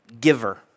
giver